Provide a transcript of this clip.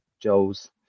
Joel's